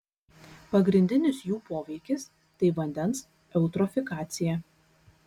pagrindinis jų poveikis tai vandens eutrofikacija